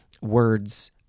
words